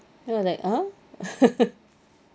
ya like ah